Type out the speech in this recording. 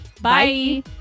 Bye